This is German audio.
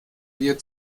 wir